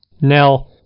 Now